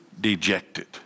dejected